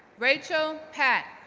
rachel pak,